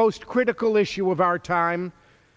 most critical issue of our time